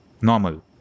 normal